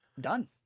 done